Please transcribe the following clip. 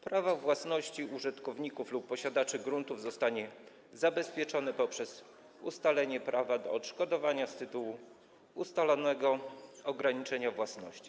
Prawa właścicieli, użytkowników lub posiadaczy gruntów zostaną zabezpieczone poprzez ustalenie prawa do odszkodowania z tytułu ustalonego ograniczenia własności.